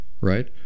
right